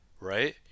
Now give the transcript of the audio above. right